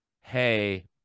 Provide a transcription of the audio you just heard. Hey